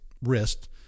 wrist